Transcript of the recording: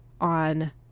on